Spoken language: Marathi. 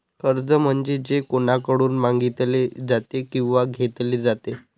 कर्ज म्हणजे जे कोणाकडून मागितले जाते किंवा घेतले जाते